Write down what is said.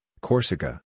Corsica